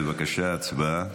בבקשה, הצבעה.